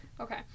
Okay